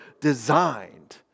designed